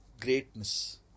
greatness